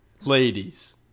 ladies